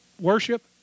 worship